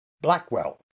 blackwell